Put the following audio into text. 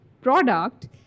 product